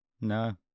no